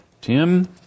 Tim